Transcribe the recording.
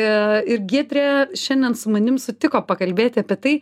i ir giedrė šiandien su manim sutiko pakalbėti apie tai